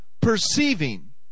perceiving